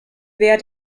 wäre